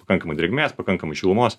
pakankamai drėgmės pakankamai šilumos